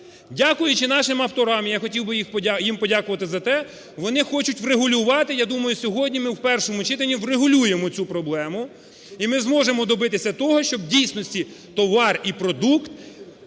Дякуючи нашим авторам, я хотів би їм подякувати за те, вони хочуть врегулювати, я думаю, сьогодні ми в першому читані врегулюємо цю проблему, і ми зможемо добитися того, щоб в дійсності товар і продукт